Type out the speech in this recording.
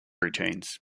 routines